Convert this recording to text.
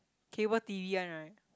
cable t_v one right